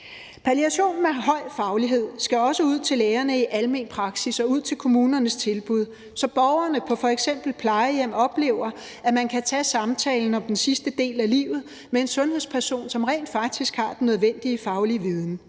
Palliation med høj faglighed skal også ud til lægerne i almen praksis og ud til kommunernes tilbud, så borgerne på f.eks. plejehjem oplever, at man kan tage samtalen om den sidste del af livet med en sundhedsperson, som rent faktisk har den nødvendige faglige viden.